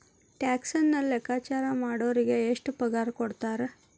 ಟ್ಯಾಕ್ಸನ್ನ ಲೆಕ್ಕಾಚಾರಾ ಮಾಡೊರಿಗೆ ಎಷ್ಟ್ ಪಗಾರಕೊಡ್ತಾರ??